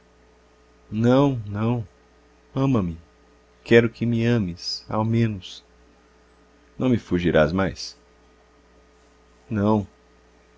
não não ama-me quero que me ames ao menos não me fugirás mais não